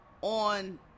on